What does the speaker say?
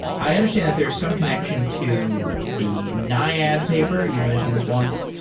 i understand that there's some connection to the naiad paper. you've mentioned this once.